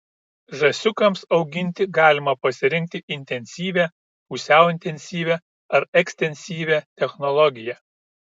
žąsiukams auginti galima pasirinkti intensyvią pusiau intensyvią ar ekstensyvią technologiją